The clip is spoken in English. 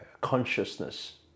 consciousness